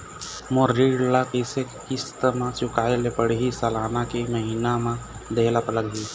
मोर ऋण ला कैसे किस्त म चुकाए ले पढ़िही, सालाना की महीना मा देहे ले लागही?